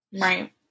right